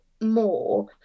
more